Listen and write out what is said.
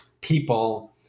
people